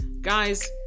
guys